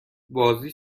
بازی